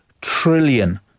trillion